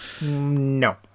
No